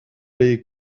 les